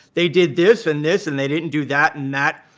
they did this and this, and they didn't do that and that.